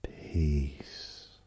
peace